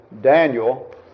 Daniel